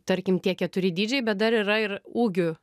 tarkim tie keturi dydžiai bet dar yra ir ūgių